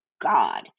God